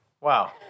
wow